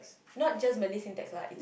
not just Malay syntax lah it's